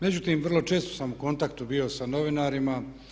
Međutim, vrlo često sam u kontaktu bio sa novinarima.